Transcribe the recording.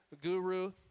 guru